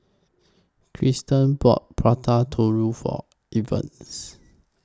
Cristal bought Prata Telur For Evans